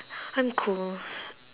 I'm cold